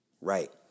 Right